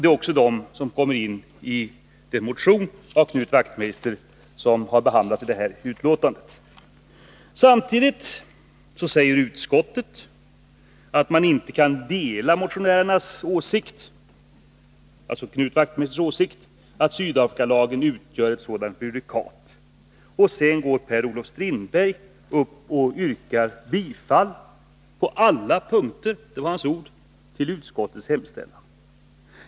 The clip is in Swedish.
Det är också de som tas upp i motionen av Knut Wachtmeister m.fl., som behandlas i betänkandet. Utskottet säger att det inte kan dela motionärernas åsikt att Sydafrikalagen utgör ett sådant prejudikat. Och sedan yrkar Per-Olof Strindberg bifall ”på alla punkter” — det var hans ord — till utskottets hemställan.